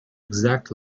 exact